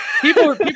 People